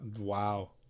Wow